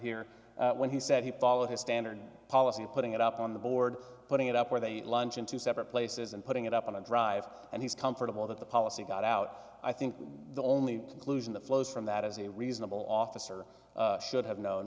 here when he said he followed his standard policy of putting it up on the board putting it up with a lunch in two separate places and putting it up on a drive and he's comfortable that the policy got out i think the only conclusion that flows from that is a reasonable officer should have known